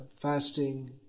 fasting